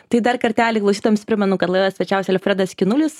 tai dar kartelį klausytojams primenu kad laidoe svečiavosi alfredas skinulis